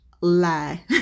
lie